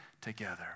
together